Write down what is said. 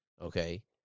Okay